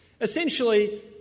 Essentially